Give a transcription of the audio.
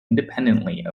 independently